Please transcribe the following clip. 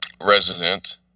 resident